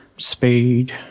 speed.